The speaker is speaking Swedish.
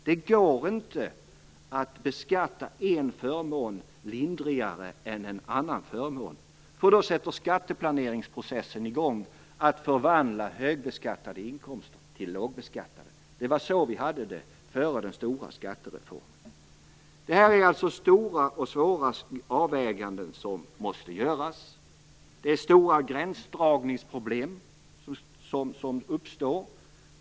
Det går inte att beskatta en förmån lindrigare än en annan förmån, eftersom skatteplaneringsprocessen då sätter i gång att förvandla högbeskattade inkomster till lågbeskattade. Det var så vi hade det före den stora skattereformen. Det är alltså stora och svåra avväganden som måste göras. Stora gränsdragningsproblem uppstår.